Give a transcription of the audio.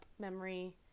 memory